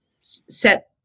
set